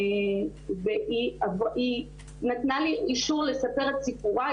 והיא נתנה לי אישור לספר את סיפורה.